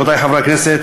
רבותי חברי הכנסת,